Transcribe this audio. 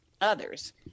others